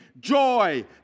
joy